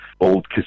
old